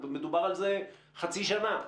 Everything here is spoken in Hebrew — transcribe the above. מדובר על זה חצי שנה.